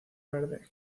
verde